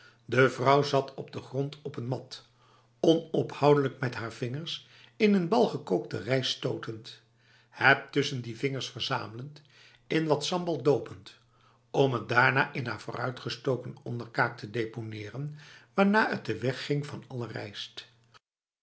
de vrouw zat op de grond op een mat onophoudelijk met haar vingers in een bal gekookte rijst stotend het tussen die vingers verzamelend in wat sambal dopend om het daarna in haar vooruitgestoken onderkaak te deponeren waarna het de weg ging van alle rijst